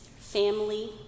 family